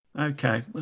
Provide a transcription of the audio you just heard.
Okay